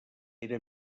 era